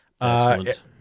Excellent